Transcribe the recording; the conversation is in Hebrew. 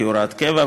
כהוראת קבע,